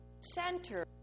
center